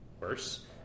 worse